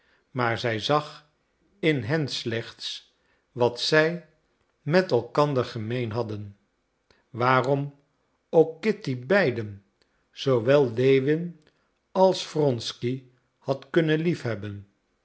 maar zij zag in hen slechts wat zij met elkander gemeen hadden waarom ook kitty beiden zoowel lewin als wronsky had kunnen liefhebben